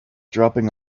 dropping